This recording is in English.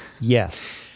Yes